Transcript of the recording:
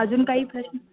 अजून काही प्रश्न